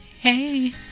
Hey